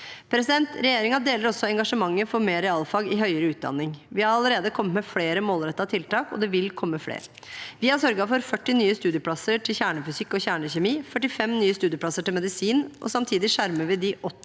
realfagene. Regjeringen deler også engasjementet for mer realfag i høyere utdanning. Vi har allerede kommet med flere målrettede tiltak, og det vil komme flere. Vi har sørget for 40 nye studieplasser til kjernefysikk og kjernekjemi, og det er 45 nye studieplasser til medisin. Samtidig skjermer vi de 80